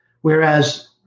whereas